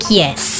yes।